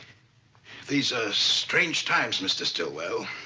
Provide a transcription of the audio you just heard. these are strange times, mr. stillwell.